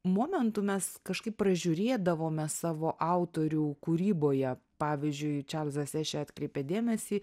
momentų mes kažkaip pražiūrėdavome savo autorių kūryboje pavyzdžiui čarlzas ešė atkreipė dėmesį